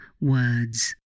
words